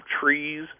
trees